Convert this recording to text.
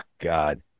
God